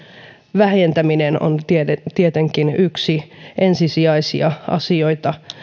vähentäminen on tietenkin yksi ensisijaisia asioita